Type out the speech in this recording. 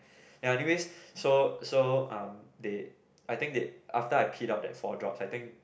ya anyways so so um they I think they after I peed out that four drops I think